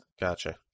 Gotcha